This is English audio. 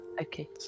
Okay